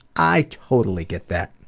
i totally get that.